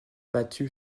battue